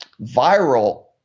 viral